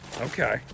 Okay